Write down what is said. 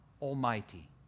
Almighty